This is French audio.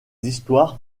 histoires